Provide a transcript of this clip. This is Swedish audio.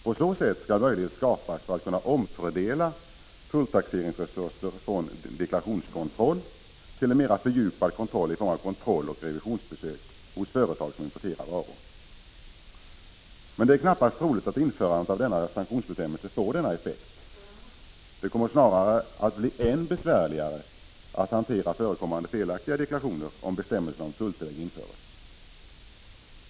På så sätt skall möjlighet skapas för att man skall kunna omfördela tulltaxeringsresurser från deklarationskontroll till en mera fördjupad kontrolli form av kontrolloch revisionsbesök hos företag som importerar varor. Det är knappast troligt att införandet av denna sanktionsbestämmelse får denna effekt. Det kommer snarare att bli än besvärligare att hantera förekommande felaktiga deklarationer om bestämmelserna om tulltillägg införs.